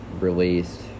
released